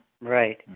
right